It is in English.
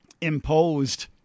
imposed